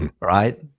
right